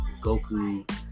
Goku